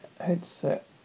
Headset